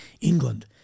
England